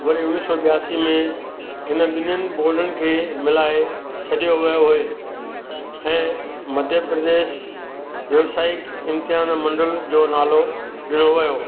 वरी उणवीह सौ ॿयासी में हिन बि॒निनि बोर्डनि खे मिलाइ छडि॒यो वियो ऐं मध्य प्रदेश व्यवसायिक इम्तिहान मंडल जो नालो डि॒नो वियो